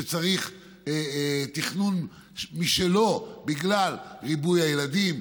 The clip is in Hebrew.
שצריך תכנון משלו בגלל ריבוי הילדים,